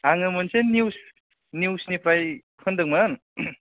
आङो मोनसे निउस निउसनिफ्राय होनदोंमोन